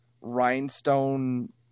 rhinestone